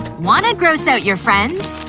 wanna gross out your friends?